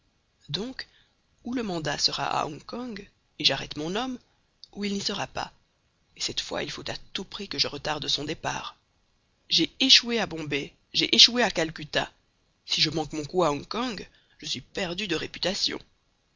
donc ou le mandat sera à hong kong et j'arrête mon homme ou il n'y sera pas et cette fois il faut à tout prix que je retarde son départ j'ai échoué à bombay j'ai échoué à calcutta si je manque mon coup à hong kong je suis perdu de réputation